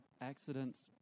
accidents